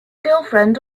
girlfriend